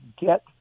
get